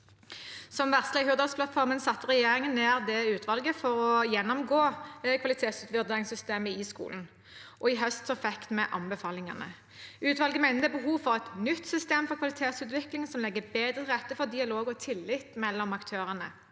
Som varslet i Hurdalsplattformen satte regjeringen ned dette utvalget for å gjennomgå kvalitetsvurderingssystemet i skolen, og i høst fikk vi anbefalingene. Utvalget mener det er behov for et nytt system for kvalitetsutvikling, som legger bedre til rette for dialog og tillit mellom aktørene